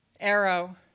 arrow